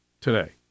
today